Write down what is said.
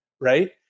right